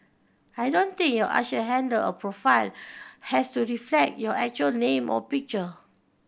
I don't think your usher handle or profile has to reflect your actual name or picture